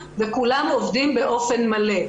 כולם עובדים באופן מלא.